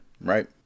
Right